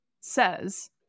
says